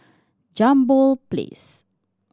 Jambol Place